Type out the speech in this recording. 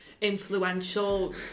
influential